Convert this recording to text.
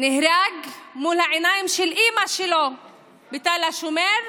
נהרג מול העיניים של אימא שלו בתל השומר,